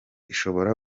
ishobora